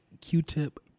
Q-Tip